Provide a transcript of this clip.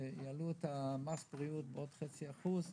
שיעלו את מס הבריאות בעוד חצי אחוז,